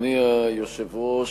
אדוני היושב-ראש,